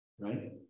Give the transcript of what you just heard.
right